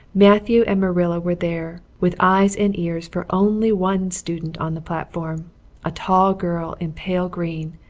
matthew and marilla were there, with eyes and ears for only one student on the platform a tall girl in pale green,